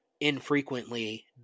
infrequently